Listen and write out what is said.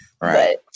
right